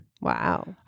Wow